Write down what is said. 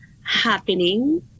happening